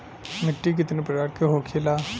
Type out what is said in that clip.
मिट्टी कितने प्रकार के होखेला?